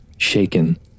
Shaken